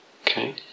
Okay